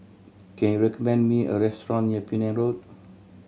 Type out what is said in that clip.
can you recommend me a restaurant near Penang Road